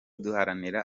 duharanire